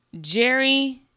Jerry